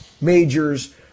majors